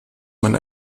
man